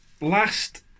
Last